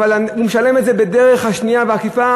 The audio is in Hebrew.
הוא משלם את זה בדרך השנייה והעקיפה,